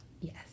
Yes